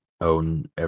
own